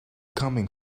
coming